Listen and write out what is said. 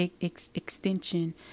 extension